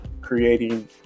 creating